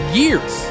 years